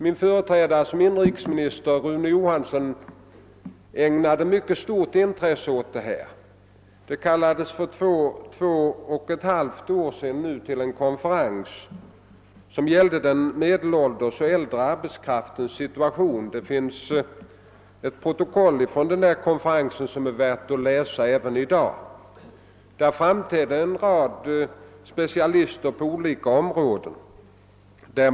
Min företrädare som inrikesminister, Rune Johansson, ägnade mycket stort intresse åt saken. För två och ett halvt år sedan kallades till en konferens som gällde den medelålders och äldre arbetskraftens situation. Det finns från denna konferens ett protokoll som är värt att läsa ännu i dag. Där framträdde en rad specialister på olika områden.